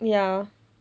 ya